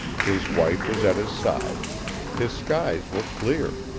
his wife was at his side his skies were clear.